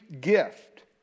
gift